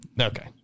okay